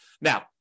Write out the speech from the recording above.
Now